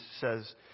says